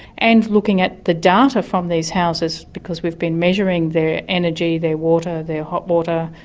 and looking at the data from these houses, because we've been measuring their energy, their water, their hot water,